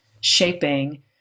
shaping